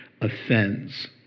offends